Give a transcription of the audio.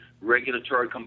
regulatory